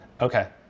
Okay